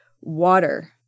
water